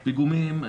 פיגומים,